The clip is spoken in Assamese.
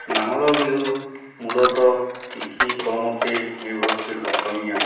নাঙলৰ বিহু মূলতঃ কৃষি কৰ্মতে নিৰ্ভৰশীল অসমীয়া